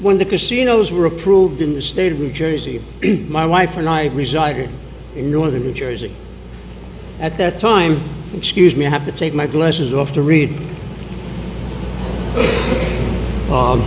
when the casinos were approved in the state of new jersey my wife and i resided in northern new jersey at that time excuse me i have to take my glasses off to read